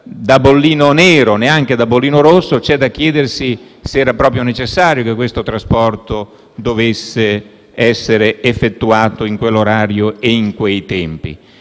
da bollino nero, neanche da bollino rosso, c'è da chiedersi se era proprio necessario che questo trasporto dovesse essere effettuato in quell'orario e in quei tempi.